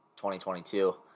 2022